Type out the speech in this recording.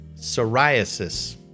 psoriasis